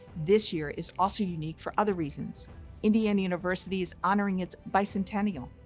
this year is also unique for other reasons indiana university is honoring its bicentennial.